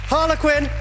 Harlequin